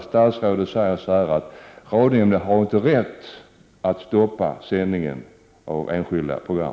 Statsrådet säger ju att radionämnden inte har rätt att stoppa sändningen av enskilda program.